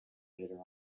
later